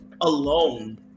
alone